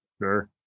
Sure